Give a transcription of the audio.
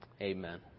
amen